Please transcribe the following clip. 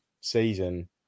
season